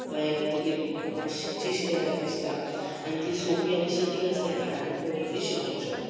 गोंयान येतकर कोंकणी भास शिकचीशी तांकां दिसता आनी ती सोंपी आनी सटीक आसल्या कारणान कोणी ती शिकोंक शकता